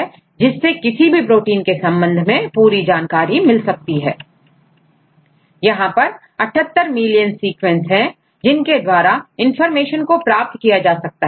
तो हम देखते हैं कीUniProt मैं प्रोटीनसीक्वेंस संबंधित सारी इनफार्मेशन उपलब्ध हैयहां पर 78 मिलियन सीक्वेंसेस हैं जिनके द्वारा इंफॉर्मेशन को प्राप्त किया जा सकता है